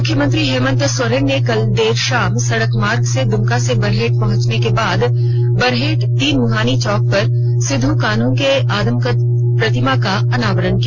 मुख्यमंत्री हेमंत सोरेन ने कल देर शाम सड़क मार्ग से दुमका से बरहेट पहुंचने के बाद बरहेट तीन मुहानी चौक पर सिदो कान्हू के आदमकद प्रतिमा का अनावरण किया